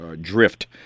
drift